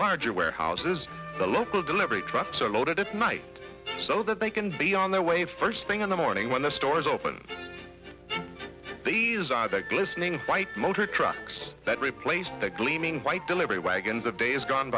larger warehouses the local delivery trucks are loaded at night so that they can be on their way first thing in the morning when the stores open these are the glistening white motor trucks that replaced the gleaming white delivery wagon the days gone